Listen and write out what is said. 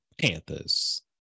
Panthers